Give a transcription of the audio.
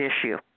issue